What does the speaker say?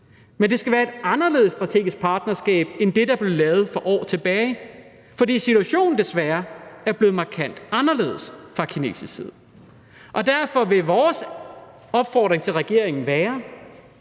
Men det skal være et anderledes strategisk partnerskab end det, der blev lavet for år tilbage, fordi situationen desværre er blevet markant anderledes fra kinesisk side. Derfor vil vores opfordring til regeringen være,